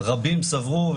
רבים סברו,